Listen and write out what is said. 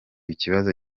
ikibazo